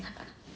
and then like